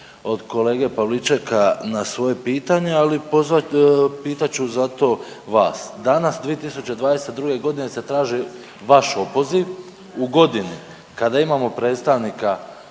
od kolege Pavličeka na svoje pitanje, ali pozvat, pitat ću zato vas. Danas 2022. godine se traži vaš opoziv u godini kada imamo predstavnika